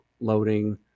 loading